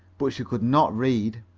but she could not read.